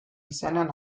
izenean